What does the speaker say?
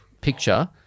picture